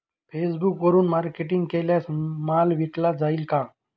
फेसबुकवरुन मार्केटिंग केल्यास माल विकला जाईल का?